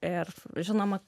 ir žinoma